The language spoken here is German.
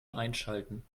einschalten